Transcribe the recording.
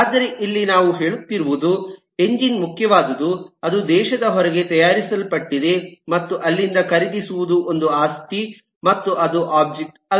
ಆದರೆ ಇಲ್ಲಿ ನಾವು ಹೇಳುತ್ತಿರುವುದು ಎಂಜಿನ್ ಮುಖ್ಯವಾದುದು ಅದು ದೇಶದ ಹೊರಗೆ ತಯಾರಿಸಲ್ಪಟ್ಟಿದೆ ಮತ್ತು ಅಲ್ಲಿಂದ ಖರೀದಿಸುವುದು ಒಂದು ಆಸ್ತಿ ಮತ್ತು ಅದು ಒಬ್ಜೆಕ್ಟ್ ಅಲ್ಲ